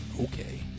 Okay